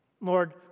Lord